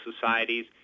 societies